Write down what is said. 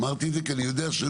אמרתי את זה כי אני יודע שלא.